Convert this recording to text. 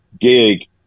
gig